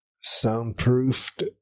soundproofed